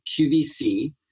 QVC